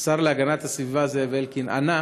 השר להגנת הסביבה זאב אלקין ענה